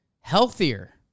healthier